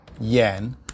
yen